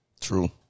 True